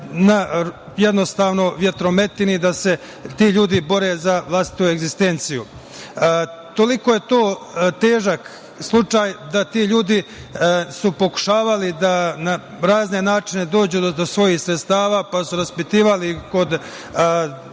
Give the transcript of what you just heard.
prepuštena na vetrometini da se ti ljudi bore za vlastitu egzistenciju. Toliko je to težak slučaj da ti ljudi su pokušavali da na razne načine dođu do svojih sredstava, pa su se raspitivali kod